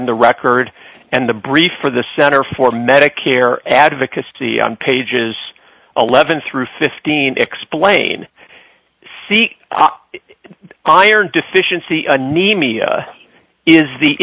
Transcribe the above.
the record and the brief for the center for medicare advocacy on pages eleven through fifteen explain see iron deficiency anemia is the